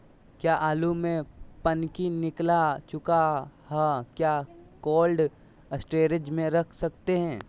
क्या आलु में पनकी निकला चुका हा क्या कोल्ड स्टोरेज में रख सकते हैं?